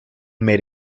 made